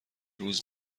روز